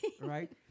right